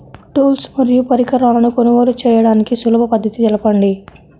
Tools మరియు పరికరాలను కొనుగోలు చేయడానికి సులభ పద్దతి తెలపండి?